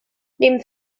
neben